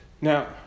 Now